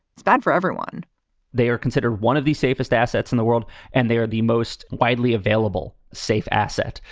it's bad for everyone they are considered one of the safest assets in the world and they are the most widely available safe asset.